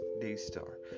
Daystar